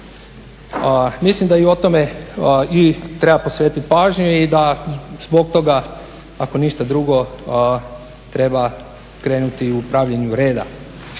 Mislim da i o tome treba posvetiti pažnju i da zbog toga ako ništa drugo treba krenuti u pravljenje reda.